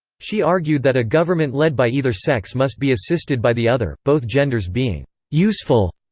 she argued that a government led by either sex must be assisted by the other, both genders being useful.